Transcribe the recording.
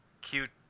cute